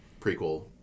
prequel